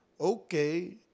Okay